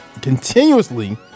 continuously